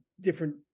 different